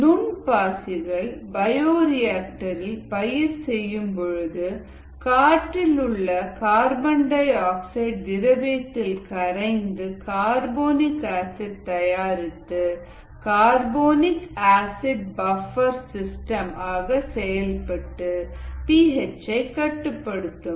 நுண் பாசிகள் பயோரிஆக்டர் ரில் பயிர் செய்யும் பொழுது காற்றிலுள்ள கார்பன் டை ஆக்சைடு திரவியத்தில் கரைந்து கார்போனிக் ஆசிட் தயாரித்து கார்போனிக் ஆசிட் பஃப்பர் சிஸ்டம் ஆகச் செயல்பட்டு பி ஹெச்ஐ கட்டுப்படுத்தும்